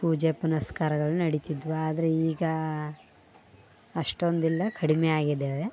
ಪೂಜೆ ಪುನಸ್ಕಾರಗಳು ನಡಿತಿದ್ವು ಆದರೆ ಈಗ ಅಷ್ಟೊಂದಿಲ್ಲ ಕಡಿಮೆಯಾಗಿದಾವೆ